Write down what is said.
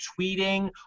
tweeting